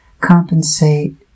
compensate